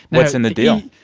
what's in the deal?